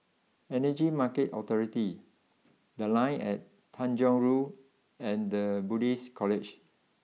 Energy Market Authority the Line and Tanjong Rhu and the Buddhist College